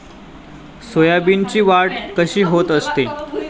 सोयाबीनची वाढ कशी होत असते?